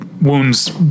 wounds